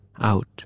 out